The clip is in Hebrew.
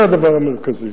זה הדבר המרכזי.